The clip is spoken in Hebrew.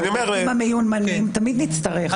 את העובדים המיומנים תמיד נצטרך.